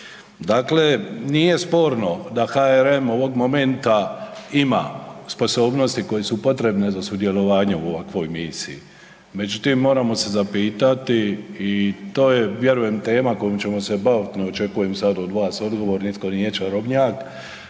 Dakle, nije sporno da HRM ovog momenta ima sposobnosti koje su potrebne za sudjelovanje u ovakvoj misiji, međutim moramo se zapitati i to je vjerujem tema kojom ćemo se bavit', ne očekujem sad od vas odgovor, nitko nije čarobnjak,